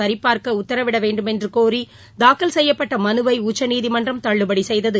சிபார்க்க உத்தரவிட வேண்டுமென்று கோரி தாக்கல் செய்யப்பட்ட மனுவை உச்சநீதிமன்றம் தள்ளுபடி செய்தது